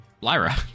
Lyra